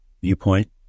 viewpoint